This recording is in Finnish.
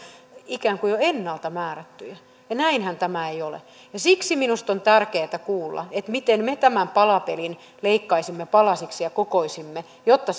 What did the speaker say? ikään kuin jo ennalta määrättyjä näinhän tämä ei ole ja siksi minusta on tärkeää kuulla miten me tämän palapelin leikkaisimme palasiksi ja kokoaisimme jotta